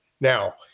now